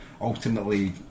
ultimately